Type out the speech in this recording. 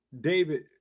david